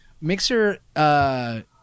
Mixer